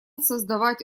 создавать